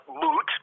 moot